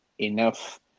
enough